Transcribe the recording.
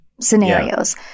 scenarios